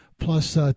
Plus